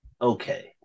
okay